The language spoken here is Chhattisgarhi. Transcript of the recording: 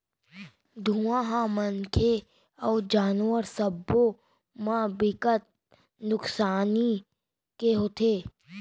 धुंआ ह मनखे अउ जानवर सब्बो म बिकट नुकसानी के होथे